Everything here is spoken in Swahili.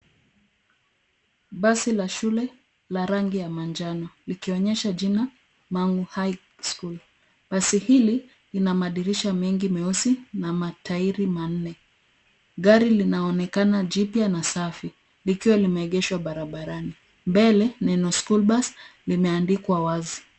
Basi la shule la rangi ya manjano likionyesha jina Mangu High School . Basi hili lina madirisha mengi meusi na matairi manne. Gari linaonekana jipya na safi likiwa limeegeshwa barabarani. Mbele neno school bus limeandikwa wazi.